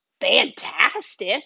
fantastic